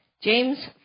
James